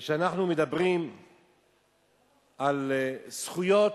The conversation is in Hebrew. כשאנחנו מדברים על זכויות,